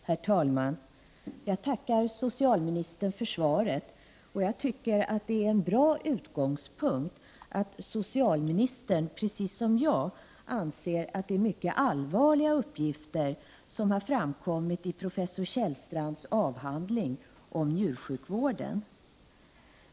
Herr talman! Jag tackar socialministern för svaret. Jag tycker att det är en bra utgångspunkt att socialministern liksom jag anser att det är mycket allvarliga uppgifter som har framkommit i professor Kjellstrands avhandling om njursjukvården.